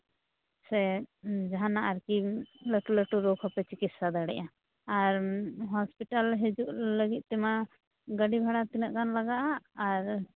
ᱥᱮ ᱡᱟᱦᱟᱱᱟᱜ ᱟᱨᱠᱤ ᱞᱟᱹᱴᱩ ᱞᱟᱹᱴᱩ ᱨᱳᱜᱽ ᱦᱚᱸᱯᱮ ᱪᱤᱠᱤᱥᱥᱟ ᱫᱟᱲᱮᱭᱟᱜᱼᱟ ᱟᱨ ᱦᱚᱥᱯᱤᱴᱟᱞ ᱦᱤᱡᱩᱜ ᱞᱟᱹᱜᱤᱫ ᱛᱮᱢᱟ ᱜᱟᱹᱰᱤ ᱵᱷᱟᱲᱟ ᱛᱚᱱᱟᱹᱜ ᱜᱟᱱ ᱞᱟᱜᱟᱜᱼᱟ ᱟᱨ